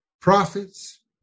prophets